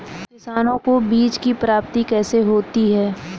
किसानों को बीज की प्राप्ति कैसे होती है?